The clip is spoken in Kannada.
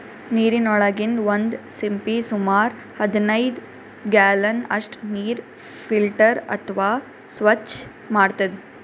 ನೀರಿನೊಳಗಿನ್ ಒಂದ್ ಸಿಂಪಿ ಸುಮಾರ್ ಹದನೈದ್ ಗ್ಯಾಲನ್ ಅಷ್ಟ್ ನೀರ್ ಫಿಲ್ಟರ್ ಅಥವಾ ಸ್ವಚ್ಚ್ ಮಾಡ್ತದ್